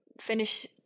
finish